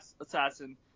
assassin